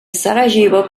sarajevo